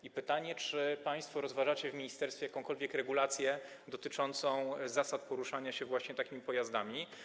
I pytanie: Czy państwo rozważacie w ministerstwie jakąkolwiek regulację dotyczącą zasad poruszania się właśnie takimi pojazdami?